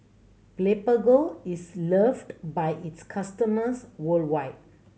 Blephagel is loved by its customers worldwide